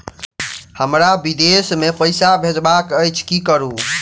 हमरा विदेश मे पैसा भेजबाक अछि की करू?